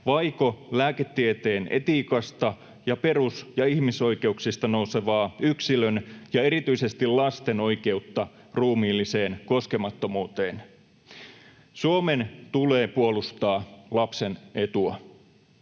vaiko lääketieteen etiikasta ja perus- ja ihmisoikeuksista nousevaa yksilön ja erityisesti lasten oikeutta ruumiilliseen koskemattomuuteen. Suomen tulee puolustaa lapsen etua.